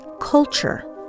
culture